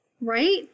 right